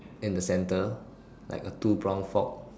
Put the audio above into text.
in the center like a two pronged fork